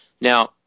Now